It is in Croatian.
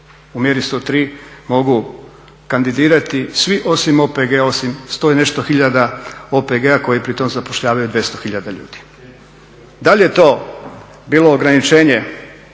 U mjeri 103 mogu kandidirati svi osim OPG, osim 100 i nešto hiljada OPG-a koji pritom zapošljavaju 200 hiljada ljudi. Da li je to bilo ograničenje